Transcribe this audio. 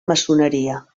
maçoneria